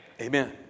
Amen